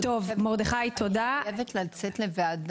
לבנה